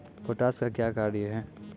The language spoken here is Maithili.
पोटास का क्या कार्य हैं?